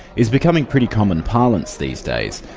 is becoming pretty common parlance these days.